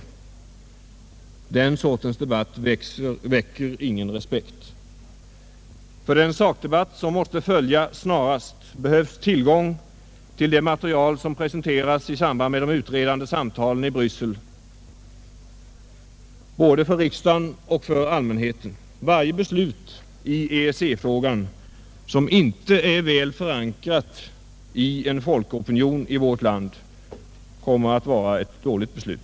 Den sortens debatt väcker ingen respekt. För den sakdebatt som måste följa snarast behövs tillgång till det material som presenterats i samband med de utredande samtalen i Bryssel, både för riksdagen och för allmänheten. Varje beslut i EEC-frågan, som inte är väl förankrat i en folkopinion i vårt land, kommer att vara ett dåligt beslut.